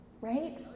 right